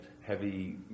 Heavy